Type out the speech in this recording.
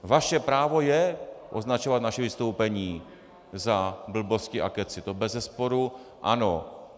Vaše právo je označovat naše vystoupení za blbosti a kecy, to bezesporu ano.